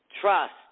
Trust